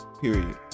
Period